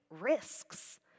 risks